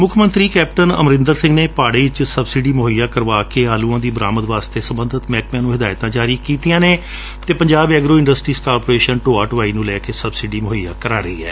ਮੁੱਖ ਮੰਤਰੀ ਕੈਪਟਨ ਅਮਰੰਦਰ ਸੰਘ ਨੇ ਭਾੜੇ ਵਿਚ ਸਬਸਿਡੀ ਮੁਹੱਈਆ ਕਰਵਾ ਕੇ ਆਲੁਆਂ ਦੀ ਬਰਾਮਦ ਵਾਸਤੇ ਸਬੰਧਤ ਮਹਿਕਮਿਆਂ ਨੂੰ ਹਿਦਾਇਤਾਂ ਜਾਰੀ ਕੀਤੀਆਂ ਨੇ ਅਤੇ ਪੰਜਾਬ ਐਗਰੋ ਉਦਯੋਗ ਕਾਰਪੋਰੇਸ਼ਨ ਢੋਆ ਢੁਆਈ ਨੂੰ ਲੈ ਕੇ ਸਬਸਿਡੀ ਮੁਹੱਈਆ ਕਰਵਾ ਰਹੀ ਏ